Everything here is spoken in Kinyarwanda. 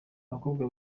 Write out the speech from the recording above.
abakobwa